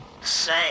Say